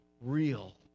real